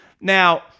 Now